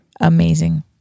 Amazing